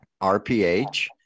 RPH